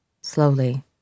slowly